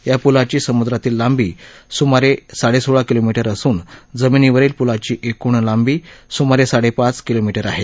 या प्लाची समुद्रातील लांबी सुमारे साडेसोळा किलोमीटर असून जमिनीवरील प्लाची एकूण लांबी सुमारे साडेपाच किलोमीटर आहे